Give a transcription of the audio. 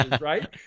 right